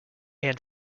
and